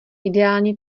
ideální